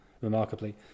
remarkably